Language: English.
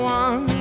one